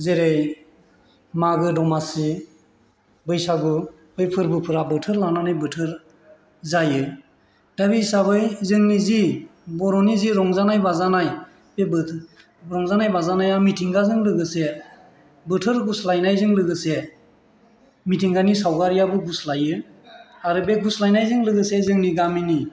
जेरै मागो दमासि बैसागु बै फोरबोफोरा बोथोर लानानै बोथोर जायो दा बे हिसाबै जोंनि जि बर'नि जि रंजानाय बाजानाय बे बोथोर रंजानाय बाजानाया मिथिंगाजों लोगोसे बोथोर गुस्लायनायजों लोगोसे मिथिंगानि सावगारियाबो गुस्लायो आरो बे गुस्लायनायजों लोगोसे जोंनि गामिनि